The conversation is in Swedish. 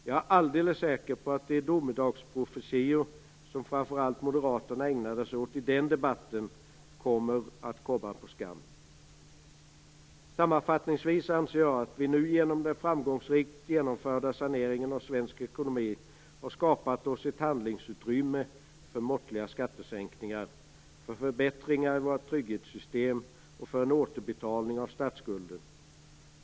Jag är alldeles säker på att de domedagsprofetior som framför allt Moderaterna ägnade sig åt i den debatten kommer på skam. Sammanfattningsvis anser jag att vi nu genom den framgångsrikt genomförda saneringen av svensk ekonomi har skapat oss ett handlingsutrymme för måttliga skattesänkningar, för förbättringar i våra trygghetssystem och för en återbetalning av statsskulden.